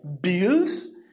bills